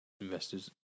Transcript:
investors